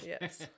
Yes